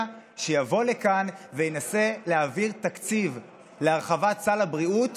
שיבוא לכאן וינסה להעביר תקציב להרחבת סל הבריאות